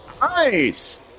nice